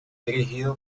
dirigido